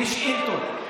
בשאילתות,